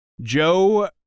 Joe